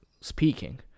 speaking